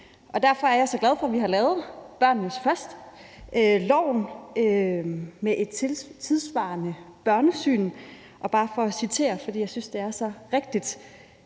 Derfor er jeg så glad for, at vi har lavet »Børnene Først« og en lov med et tidssvarende børnesyn. Bare for at citere – og det er, fordi jeg synes, det er så rigtigt